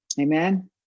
Amen